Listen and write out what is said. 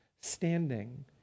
standing